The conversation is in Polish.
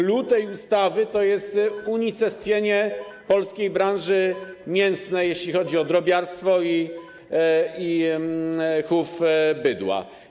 Clou tej ustawy jest unicestwienie polskiej branży mięsnej, jeśli chodzi o drobiarstwo i chów bydła.